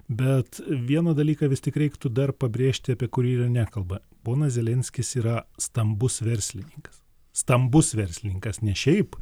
bet vieną dalyką vis tik reiktų dar pabrėžti apie kurį yra nekalba ponas zelenskis yra stambus verslininkas stambus verslininkas ne šiaip